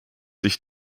sich